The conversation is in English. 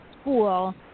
school